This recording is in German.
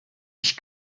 ich